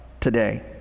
today